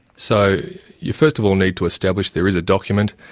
so you first of all need to establish there is a document.